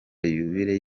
yubile